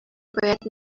باید